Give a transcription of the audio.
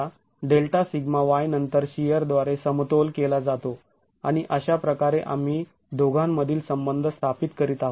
आता Δσy नंतर शिअर द्वारे समतोल केला जातो आणि अशाप्रकारे आम्ही दोघांमधील संबंध स्थापित करीत आहोत